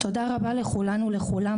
תודה רבה לכולן ולכולם,